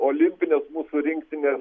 olimpinės mūsų rinktinė